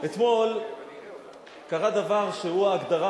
אתמול קרה דבר שהוא ההגדרה,